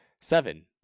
seven